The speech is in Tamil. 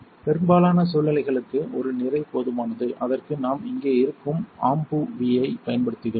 பெரும்பாலான சூழ்நிலைகளுக்கு ஒரு நிறை போதுமானது அதற்கு நாம் இங்கே இருக்கும் AMBUV ஐப் பயன்படுத்துகிறோம்